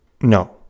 No